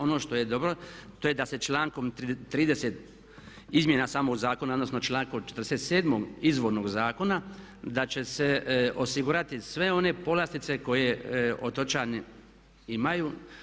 Ono što je dobro da se člankom 30.izmjena samog zakona, odnosno člankom 47.izvornog zakona da će se osigurati sve one povlastice koje otočani imaju.